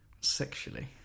Sexually